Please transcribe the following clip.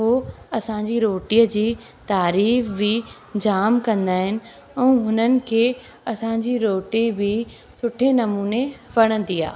पोइ असांजी रोटीअ जी तारीफ़ बि जाम कंदा आहिनि ऐं हुननि खे असांजी रोटी बि सुठे नमूने वणंदी आहे